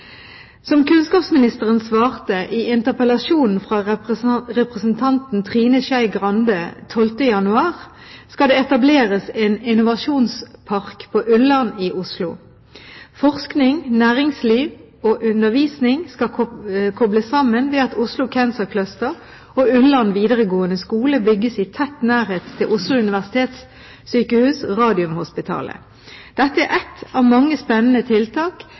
Som kunnskapsministeren svarte i interpellasjonen fra representanten Trine Skei Grande 12. januar, skal det etableres en innovasjonspark på Ullern i Oslo. Forskning, næringsliv og undervisning skal kobles sammen ved at Oslo Cancer Cluster og Ullern videregående skole bygges i tett nærhet til Oslo universitetssykehus, Radiumhospitalet. Dette er et av mange spennende tiltak